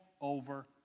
over